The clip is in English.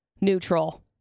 neutral